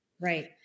Right